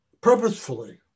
purposefully